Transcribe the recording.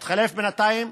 שהתחלף בינתיים,